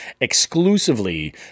exclusively